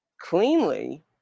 cleanly